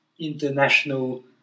international